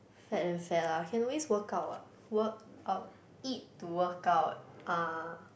fat then fat lah can always work out what work out eat to work out ah